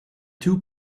two